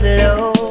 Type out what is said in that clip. low